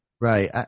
Right